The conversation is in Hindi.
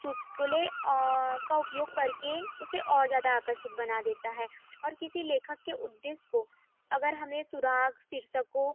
चुटकुले का उपयोग करके उसे और ज्यादा आकर्षित बना देता है और किसी लेखक के उद्देश्य को अगर हमें सुराग शीर्षकों